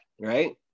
right